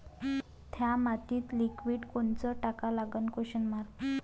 थ्या मातीत लिक्विड कोनचं टाका लागन?